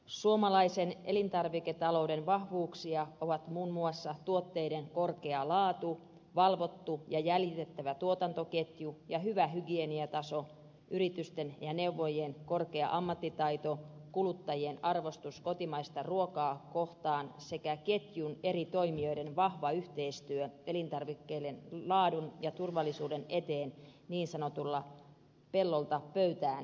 suomalaisen elintarviketalouden vahvuuksia ovat muun muassa tuotteiden korkea laatu valvottu ja jäljitettävä tuotantoketju ja hyvä hygieniataso yritysten ja neuvojien korkea ammattitaito kuluttajien arvostus kotimaista ruokaa kohtaan sekä ketjun eri toimijoiden vahva yhteistyö elintarvikkeiden laadun ja turvallisuuden eteen niin sanotulla pellolta pöytään periaatteella